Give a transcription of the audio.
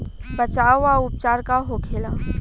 बचाव व उपचार का होखेला?